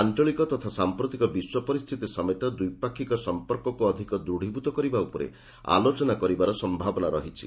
ଆଞ୍ଚଳିକ ତଥା ସାମ୍ପ୍ରତିକ ବିଶ୍ୱ ପରିସ୍ଥିତି ସମେତ ଦ୍ୱିପାକ୍ଷିକ ସଂପର୍କକୁ ଅଧିକ ଦୂଢ଼ୀଭୂତ କରିବା ଉପରେ ଆଲୋଚନା କରିବାର ସମ୍ଭାବନା ରହିଛି